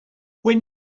when